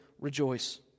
rejoice